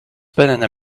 banana